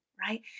right